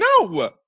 No